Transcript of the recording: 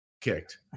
kicked